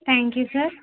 thank you sir